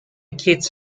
kits